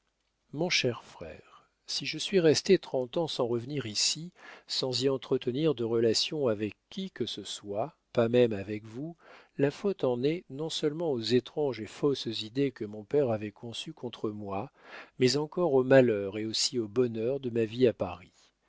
mon cher frère si je suis restée trente ans sans revenir ici sans y entretenir de relations avec qui que ce soit pas même avec vous la faute en est non-seulement aux étranges et fausses idées que mon père avait conçues contre moi mais encore aux malheurs et aussi au bonheur de ma vie à paris